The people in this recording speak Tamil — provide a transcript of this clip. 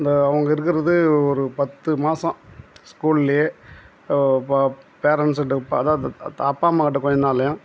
இந்த அவங்க இருக்கிறது ஒரு பத்து மாதம் ஸ்கூல்லயே ப பேரண்ட்ஸ்கிட்ட இப்போ அதாவது அப்பா அம்மாக்கிட்ட கொஞ்சம் நாள்